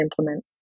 implement